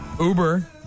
Uber